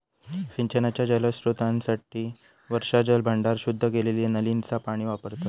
सिंचनाच्या जलस्त्रोतांसाठी वर्षाजल भांडार, शुद्ध केलेली नालींचा पाणी वापरतत